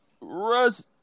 Russ